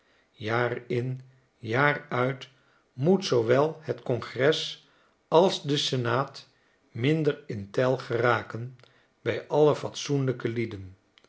lager zinken jaar in jaar uit moet zoowel het congres als de senaat minder in tel geraken bij alle fatsoenlijke lieden